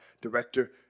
director